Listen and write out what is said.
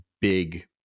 big